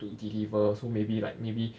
to deliver so maybe like maybe